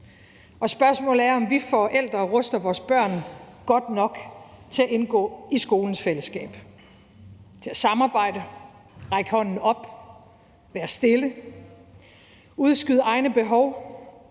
og spørgsmålet er, om vi forældre ruster vores børn godt nok til at indgå i skolens fællesskab, altså til at samarbejde, række hånden op, være stille og udskyde egne behov